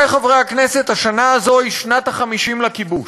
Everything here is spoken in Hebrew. עמיתי חברי הכנסת, השנה הזאת היא שנת ה-50 לכיבוש,